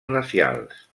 racials